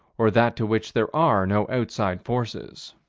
or that to which there are no outside forces.